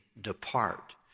depart